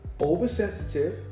oversensitive